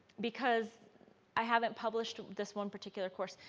because i haven't published this one particular course.